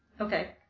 Okay